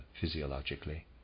physiologically